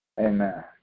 Amen